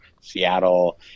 Seattle